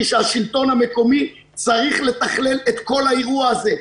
שהשלטון המקומי צריך לתכלל את כל האירוע הזה.